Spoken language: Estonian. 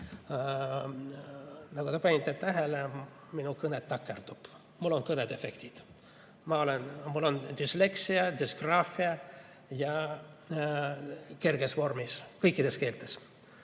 Nagu te panite tähele, minu kõne takerdub, mul on kõnedefektid. Mul on düsleksia, düsgraafia kerges vormis kõikides keeltes.